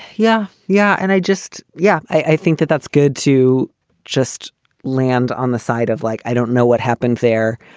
yeah, yeah. and i just yeah, i think that that's good to just land on the side of like i don't know what happened there.